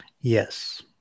Yes